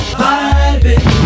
vibing